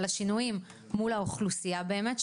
על השינויים מול האוכלוסייה באמת,